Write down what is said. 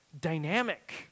Dynamic